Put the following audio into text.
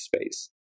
space